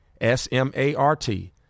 S-M-A-R-T